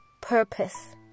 purpose